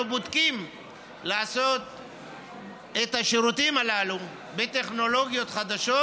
אנחנו בודקים איך לעשות את השירותים הללו בטכנולוגיות חדשות,